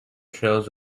trails